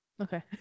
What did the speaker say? Okay